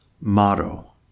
motto